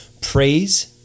praise